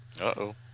Uh-oh